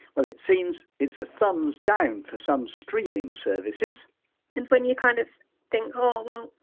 well, it seems, it's a thumbs down for some streaming services and when you kind of think oh, well,